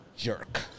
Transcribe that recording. Jerk